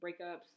breakups